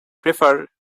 prefer